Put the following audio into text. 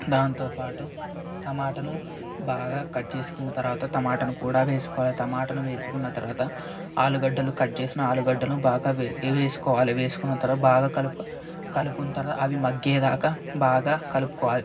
దాంతో పాటు టమాటాను బాగా కట్ చేసుకున్న తర్వాత టమాటాను కూడా వేసుకోవాలి టమాటాను వేసుకున్న తర్వాత ఆలుగడ్డలు కట్ చేసిన ఆలు గడ్డను బాగా వేసుకోవాలి వేసుకున్న తర్వాత బాగా కలుపు కలుపుకున్న అవి మగ్గే దాకా బాగా కలుపుకోవాలి